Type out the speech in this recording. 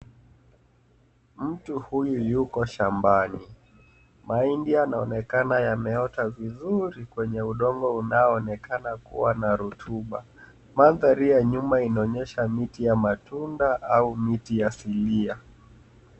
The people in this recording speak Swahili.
Mtu Huyu yuko shambani mahindi yanaonekana yameota vizuri, kwenye udongo unaaonekana kuwa na rotuba .Mandhari ya nyuma inaonyesha miti ya matunda au miti asilia .